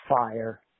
fire